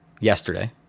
yesterday